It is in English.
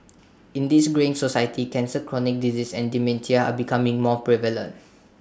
in this greying society cancer chronic disease and dementia are becoming more prevalent